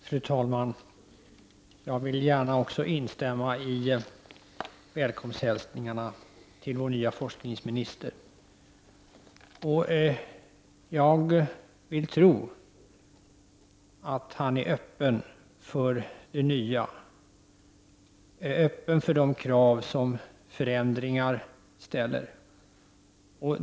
Fru talman! Jag vill gärna instämma i välkomsthälsningarna till vår nye forskningsminister. Jag vill tro att han är öppen för det nya, för de krav som förändringar ställer.